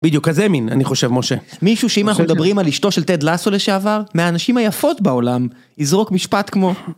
בדיוק כזה מין אני חושב משה מישהו שאם אנחנו מדברים על אשתו של תד לסו לשעבר מהנשים היפות בעולם יזרוק משפט כמו